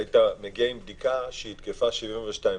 היו מגיעים עם בדיקה שהיא תקפה 72 שעות.